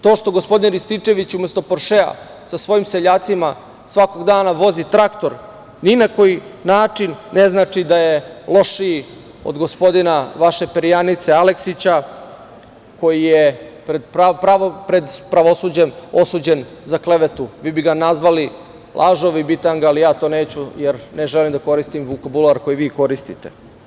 To što gospodin Rističević, umesto poršea sa svojim seljacima svakog dana vozi traktor, ni na koji način ne znači da je lošiji od gospodina vaše perjanice Aleksića, koji je pred pravosuđem osuđen za klevetu, vi bi ga nazvali lažov i bitanga, ali ja to neću, jer ne želim da koristim vokabular koji vi koristite.